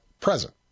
present